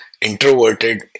Introverted